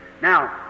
Now